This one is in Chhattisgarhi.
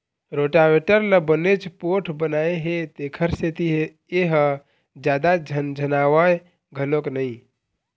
रोटावेटर ल बनेच पोठ बनाए हे तेखर सेती ए ह जादा झनझनावय घलोक नई